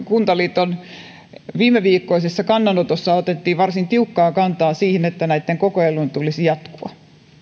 kuntaliiton viimeviikkoisessa kannanotossa otettiin varsin tiukkaa kantaa siihen että näitten kokeilujen tulisi jatkua